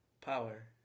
power